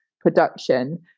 production